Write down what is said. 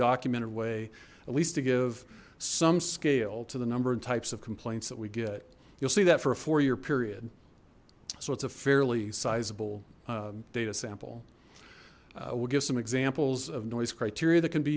documented way at least to give some scale to the number and types of complaints that we get you'll see that for a four year period so it's a fairly sizable data sample we'll give some examples of noise criteria that can be